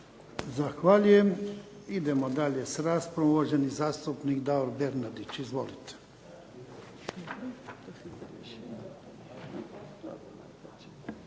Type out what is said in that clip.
Zahvaljujem. Idemo dalje s raspravom. Uvaženi zastupnik Davor Bernardić. Izvolite.